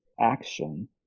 action